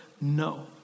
no